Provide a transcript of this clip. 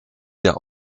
der